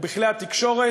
או בכלי התקשורת,